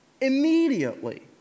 immediately